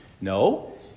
No